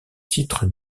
titres